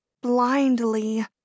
blindly